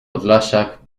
podlasiak